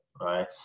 right